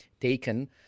taken